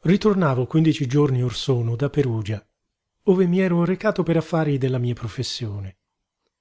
ritornavo quindici giorni or sono da perugia ove mi ero recato per affari della mia professione